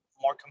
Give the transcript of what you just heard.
more